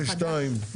2,